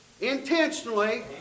intentionally